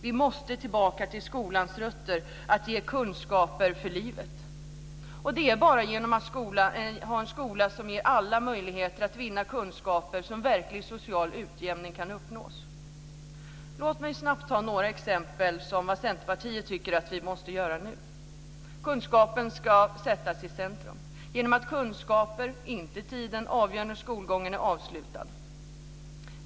Vi måste tillbaka till skolans rötter, att ge kunskaper för livet. Det är bara genom att ha en skola som ger alla möjlighet att vinna kunskaper som verklig social utjämning kan uppnås. Låt mig snabbt ta upp några exempel på vad Centerpartiet anser måste göras nu. Kunskapen ska sättas i centrum genom att kunskaper, inte tiden, avgör när skolgången är avslutad.